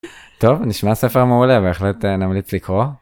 טוב, נשמע ספר מעולה, בהחלט נמליץ לקרוא.